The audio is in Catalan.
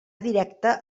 directa